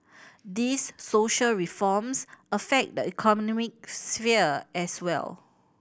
these social reforms affect the economic's sphere as well